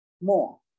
more